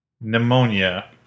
Pneumonia